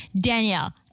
Danielle